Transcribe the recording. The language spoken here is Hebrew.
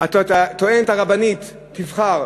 את הטוענת הרבנית תבחר